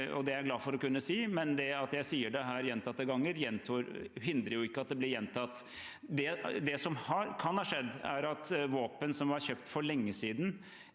det er jeg glad for å kunne si. Det at jeg sier det her gjentatte ganger, hindrer likevel ikke at det blir gjentatt. Det som kan ha skjedd, er at våpen som var kjøpt for lenge siden